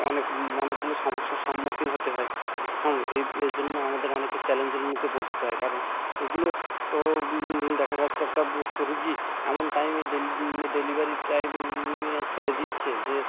অনেক অনেকগুলো সমস্যার সম্মুখীন হতে হয় হ্যাঁ এই এর জন্য আমাদের অনেকের চ্যালেঞ্জের মুখে পড়তে হয় কারণ এগুলো দেখা যাচ্ছে একটা রোগী এমন টাইমে ডেলিভারির টাইমে ছেড়ে দিচ্ছে যে